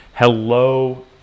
Hello